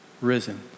risen